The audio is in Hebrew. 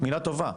מילה טובה.